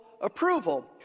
approval